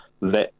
let